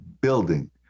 building